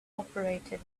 operated